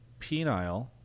Penile